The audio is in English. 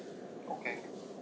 okay